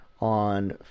on